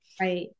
Right